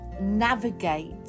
navigate